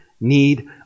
need